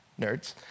nerds